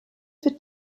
für